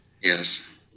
Yes